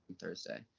thursday